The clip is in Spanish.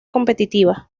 competitiva